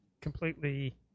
completely